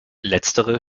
letztere